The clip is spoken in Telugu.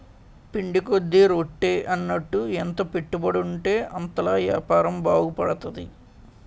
పిండి కొద్ది రొట్టి అన్నట్టు ఎంత పెట్టుబడుంటే అంతలా యాపారం బాగుపడతది